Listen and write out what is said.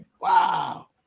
Wow